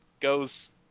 goes